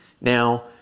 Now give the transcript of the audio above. Now